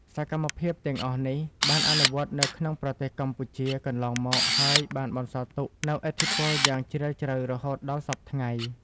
សកម្មភាពទាំងអស់នេះ បានអនុវត្តនៅក្នុងប្រទេសកម្ពុជាកន្លងមក ហើយបានបន្សល់ទុកនូវឥទ្ធិពលយ៉ាងជ្រាលជ្រៅរហូតដល់សព្វថ្ងៃ។